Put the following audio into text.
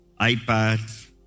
iPads